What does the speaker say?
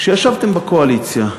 כשישבתם בקואליציה,